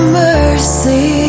mercy